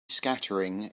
scattering